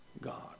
God